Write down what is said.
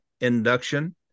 induction